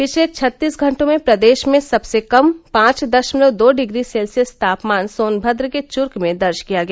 पिछले छत्तीस घंटों में प्रदेश में सबसे कम पांच दशमलव दो डिग्री सेल्सियस तापमान सोनभद्र के चुर्क में दर्ज किया गया